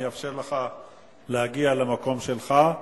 אני אאפשר לך להגיע למקום שלך.